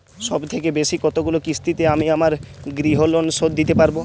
সবথেকে বেশী কতগুলো কিস্তিতে আমি আমার গৃহলোন শোধ দিতে পারব?